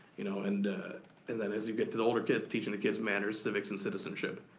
you know and and that as you get to the older kids, teachin' the kids manners, civics and citizenship.